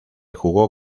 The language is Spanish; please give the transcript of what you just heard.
jugó